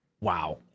wow